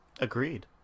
Agreed